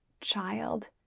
child